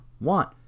want